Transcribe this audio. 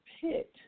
pit